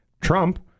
Trump